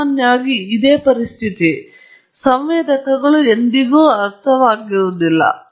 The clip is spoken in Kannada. ಸಾಮಾನ್ಯವಾಗಿ ಇದು ಪರಿಸ್ಥಿತಿ ಸಂವೇದಕಗಳು ಎಂದಿಗೂ ಅರ್ಥವಾಗುವುದಿಲ್ಲ